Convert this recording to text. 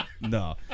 no